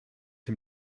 him